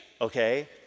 okay